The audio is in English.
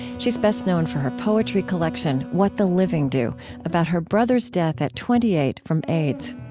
she's best known for her poetry collection what the living do about her brother's death at twenty eight from aids.